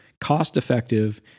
cost-effective